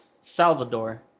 Salvador